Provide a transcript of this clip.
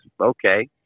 okay